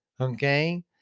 okay